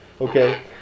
Okay